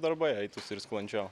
darbai eitųsi ir sklandžiau